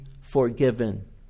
forgiven